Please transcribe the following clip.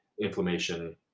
inflammation